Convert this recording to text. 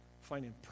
finding